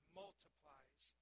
multiplies